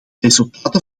resultaten